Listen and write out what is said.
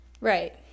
Right